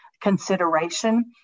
consideration